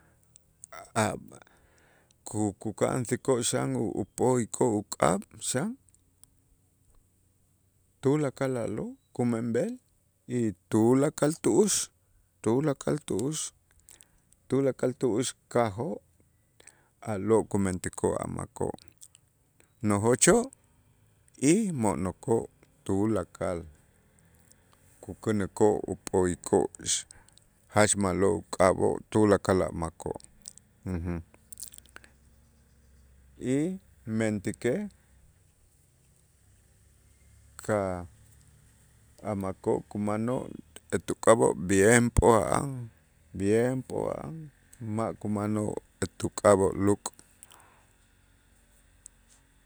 ku- kuka'ansikoo' xan up'o'ikoo' uk'ab' xan tulakal a'lo' kumenb'el y tulakal tu'ux, tulakal tu'ux, tulakal tu'ux kajoo' a'lo' kumentikoo' a' makoo' nojochoo' y mo'nokoo' tulakal, kukänikoo' up'o'ikoo' jach ma'lo' k'ab'o' tulakal a' makoo' y mentäkej ka' a' makoo' kumanoo' etu k'ab'oo' bien p'o'a'an, bien p'o'a'an ma' kumanoo' etu k'ab'oo' luk'.